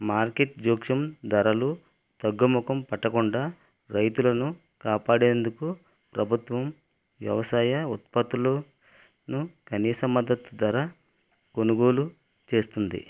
market జోక్యం ధరలు తగ్గుముఖం పట్టకుండా రైతులను కాపాడేందుకు ప్రభుత్వం వ్యవసాయ ఉత్పత్తులను కనీస మద్దతు ధర కొనుగోలు చేస్తుంది